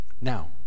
Now